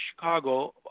Chicago